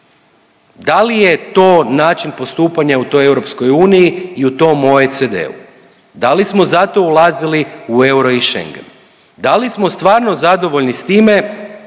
Da li je to način postupanja u toj EU i u tom OECD-u? Da li smo zato ulazili u euro i Schengen? Da li smo stvarno zadovoljni s time